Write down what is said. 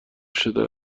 شده